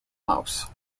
mouse